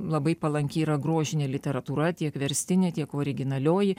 labai palanki yra grožinė literatūra tiek verstinė tiek originalioji